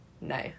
No